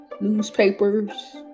newspapers